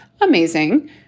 Amazing